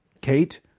Kate